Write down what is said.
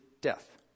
death